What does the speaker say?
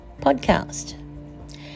podcast